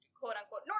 quote-unquote